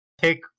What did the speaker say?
Take